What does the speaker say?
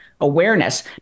awareness